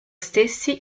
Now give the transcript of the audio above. stessi